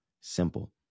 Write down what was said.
simple